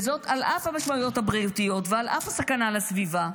-- על אף המשמעויות הבריאותיות ועל אף הסכנה על הסביבה,